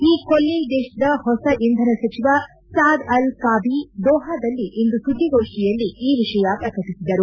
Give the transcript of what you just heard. ಈ ಕೊಲ್ಲಿ ದೇಶದ ಹೊಸ ಇಂಧನ ಸಚಿವ ಸಾದ್ ಅಲ್ ಕಾಬಿ ದೋಹಾದಲ್ಲಿಂದು ಸುದ್ದಿಗೋಷ್ಠಿಯಲ್ಲಿ ಈ ವಿಷಯ ಪ್ರಕಟಿಸಿದರು